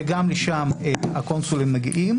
שגם לשם הקונסולים מגיעים.